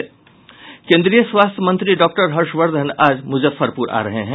केन्द्रीय स्वास्थ्य मंत्री डॉक्टर हर्षवर्द्वन आज मुजफ्फरपूर जा रहे हैं